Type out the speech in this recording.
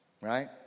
right